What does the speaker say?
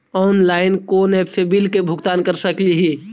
Online कोन app से bill के भुगतान कर सकली ही?